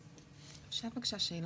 אפשר לשאול שאלה?